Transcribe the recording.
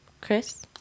Chris